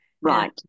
Right